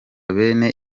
bene